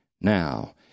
now